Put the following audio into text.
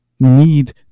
need